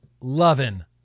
loving